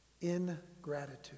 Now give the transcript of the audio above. Ingratitude